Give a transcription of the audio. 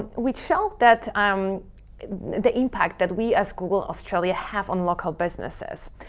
we showed that um the impact that we as google australia have on local businesses.